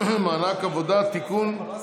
(מענק עבודה) (תיקון,